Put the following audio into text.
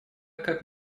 как